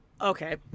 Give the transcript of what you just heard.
Okay